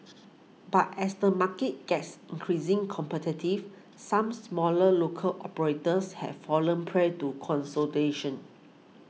but as the market gets increasing competitive some smaller local operators have fallen prey to consolidation